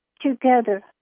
together